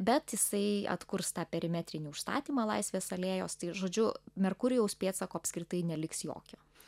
bet jisai atkurs tą perimetrinį užstatymą laisvės alėjos tai žodžiu merkurijaus pėdsako apskritai neliks jokio